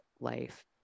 life